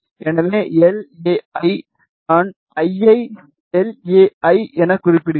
எனவே L A I நான் ஐயை எல் எ ஐ என குறிப்பிடுகிறேன்